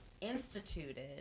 instituted